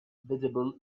visible